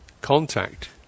contact